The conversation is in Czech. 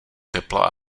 tepla